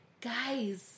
Guys